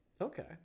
Okay